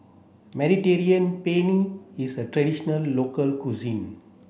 Mediterranean Penne is a traditional local cuisine